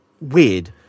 Weird